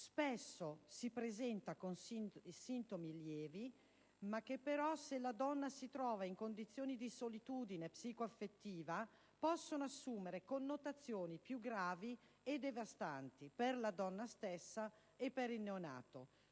spesso si presenta con sintomi lievi che però, se la donna si trova in condizioni di solitudine psico-affettiva, possono assumere connotazioni più gravi e devastanti per la donna stessa e per il neonato,